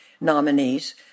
nominees